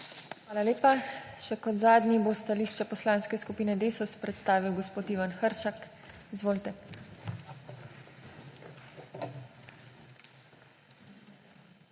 Hvala lepa. Še kot zadnji bo stališče Poslanske skupine Desus predstavil gospod Ivan Hršak. Izvolite. IVAN